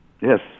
Yes